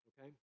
okay